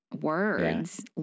words